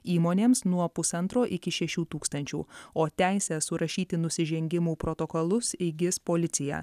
įmonėms nuo pusantro iki šešių tūkstančių o teisę surašyti nusižengimų protokolus įgis policija